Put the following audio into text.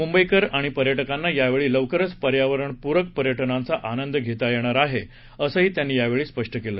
मुंबईकर आणि पर्यटकांना याठिकाणी लवकरच पर्यावरणपूरक पर्यटनाचा आनंद घेता येणार आहे असं त्यांनी यावेळी सांगितलं